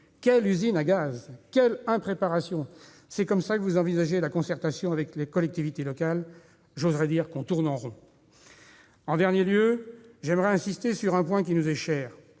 Quelle usine à gaz ! Quelle impréparation ! Est-ce comme cela que vous envisagez la concertation avec les collectivités territoriales ? Permettez-moi de dire qu'on tourne en rond ! En dernier lieu, j'aimerais insister sur un point qui nous est cher